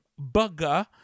bugger